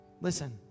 Listen